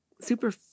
super